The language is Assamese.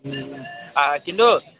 আ কিন্তু